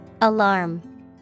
Alarm